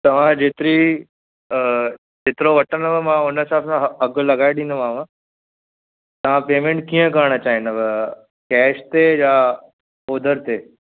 तव्हां जेतिरी जेतिरो वठंदुव मां हुन हिसाब सां अघु लाॻाए ॾींदोमांव तव्हां पेमेन्ट कीअं करणु चाहींदव कैश ते या ओधर ते